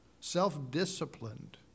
self-disciplined